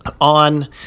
on